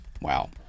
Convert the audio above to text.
wow